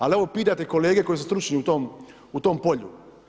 Ali evo, pitajte kolege koji su stručni u tom polju.